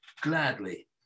gladly